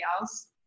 else